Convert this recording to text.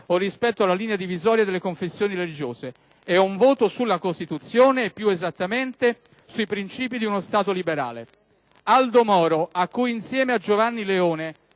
o rispetto alla linea divisoria delle confessioni religiose. È un voto sulla Costituzione, più esattamente sui principi di uno Stato liberale. Aldo Moro, a cui, insieme a Giovanni Leone,